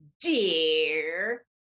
Dear